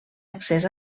accés